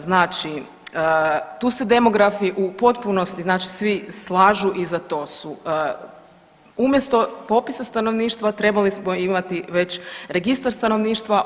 Znači tu se demografi u potpunosti znači svi slažu i za to su, umjesto popisa stanovništva trebali smo imati već registar stanovništva.